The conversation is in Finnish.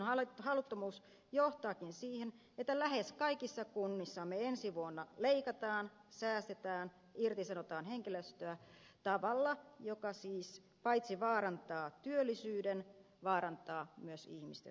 hallituksen haluttomuus johtaakin siihen että lähes kaikissa kunnissamme ensi vuonna leikataan säästetään irtisanotaan henkilöstöä tavalla joka siis paitsi vaarantaa työllisyyden vaarantaa myös ihmisten saamat palvelut